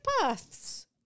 paths